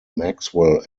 maxwell